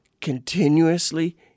continuously